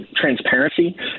transparency